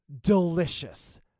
delicious